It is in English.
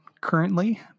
currently